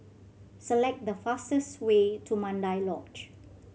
select the fastest way to Mandai Lodge